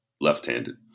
left-handed